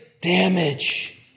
damage